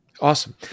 Awesome